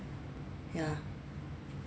ya